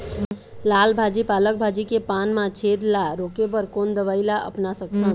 लाल भाजी पालक भाजी के पान मा छेद ला रोके बर कोन दवई ला अपना सकथन?